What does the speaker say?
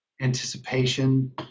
anticipation